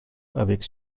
avec